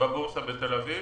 בבורסה בתל אביב.